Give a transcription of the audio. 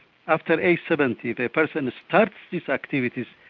after age seventy the person starts these activities,